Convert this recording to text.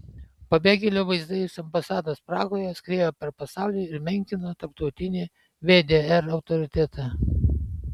pabėgėlių vaizdai iš ambasados prahoje skriejo apie pasaulį ir menkino tarptautinį vdr autoritetą